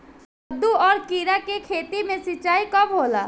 कदु और किरा के खेती में सिंचाई कब होला?